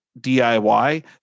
DIY